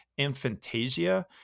infantasia